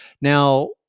Now